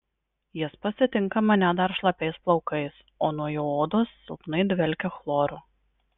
jis pasitinka mane dar šlapiais plaukais o nuo jo odos silpnai dvelkia chloru